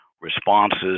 responses